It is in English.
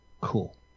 Cool